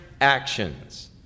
actions